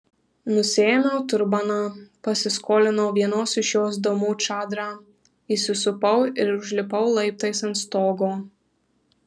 nusiėmiau turbaną pasiskolinau vienos iš jos damų čadrą įsisupau ir užlipau laiptais ant stogo